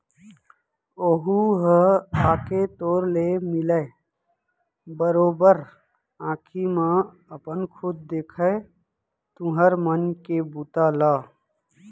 ओहूँ ह आके तोर ले मिलय, बरोबर आंखी म अपन खुद देखय तुँहर मन के बूता ल